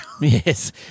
Yes